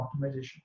optimization